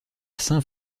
saint